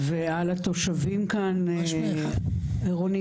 ועל התושבים כאן רעות